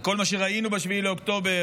בכל מה שראינו ב-7 באוקטובר,